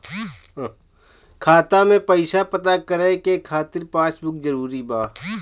खाता में पईसा पता करे के खातिर पासबुक जरूरी बा?